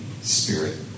Spirit